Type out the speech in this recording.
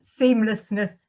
seamlessness